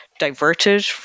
diverted